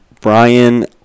Brian